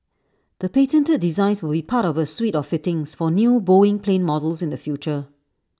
the patented designs will be part of A suite of fittings for new boeing plane models in the future